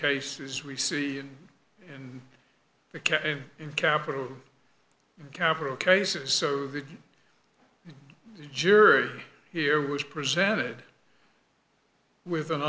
cases we see and the k in capital capital cases so the jury here was presented with an